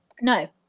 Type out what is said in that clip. No